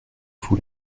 vous